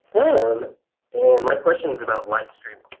um and my question is about live streaming.